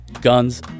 guns